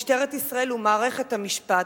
משטרת ישראל ומערכת המשפט.